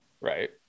right